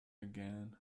again